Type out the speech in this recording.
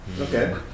Okay